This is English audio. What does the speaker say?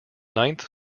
ninth